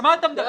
על מה אתה מדבר?